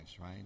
right